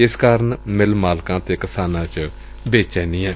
ਇਸ ਕਾਰਨ ਮਿੱਲ ਮਾਲਕਾਂ ਤੇ ਕਿਸਾਨਾਂ ਚ ਬੇਚੈਨੀ ਏ